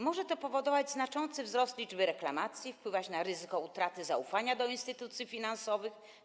Może to powodować znaczący wzrost liczby reklamacji oraz wpływać na ryzyko utraty zaufania do instytucji finansowych.